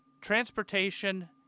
Transportation